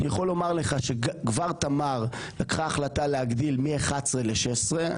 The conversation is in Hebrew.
אני יכול לומר לך שכבר תמר לקחה החלטה להגדיל מ-11 ל-16.